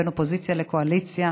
בין אופוזיציה לקואליציה,